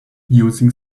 using